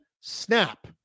snap